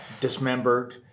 dismembered